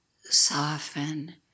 soften